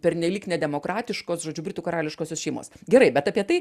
pernelyg nedemokratiškos žodžiu britų karališkosios šeimos gerai bet apie tai